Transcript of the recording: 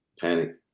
Panic